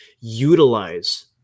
utilize